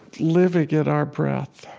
living in our breath.